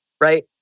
right